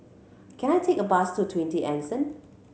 can I take a bus to Twenty Anson